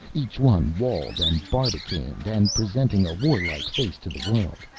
each one walled and barbicaned and presenting a warlike face to the world.